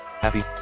happy